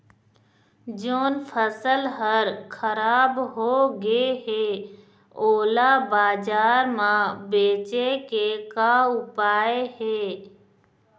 जोन फसल हर खराब हो गे हे, ओला बाजार म बेचे के का ऊपाय हे?